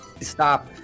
stop